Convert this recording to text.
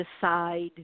decide